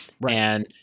Right